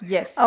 Yes